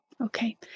Okay